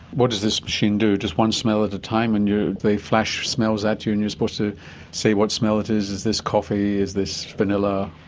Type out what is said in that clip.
what does this machine do? just one smell at a time and they flash smells at you and you are supposed to say what smell it is is this coffee, is this vanilla?